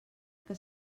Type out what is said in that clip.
que